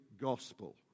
gospel